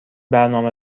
برنامه